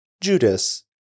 Judas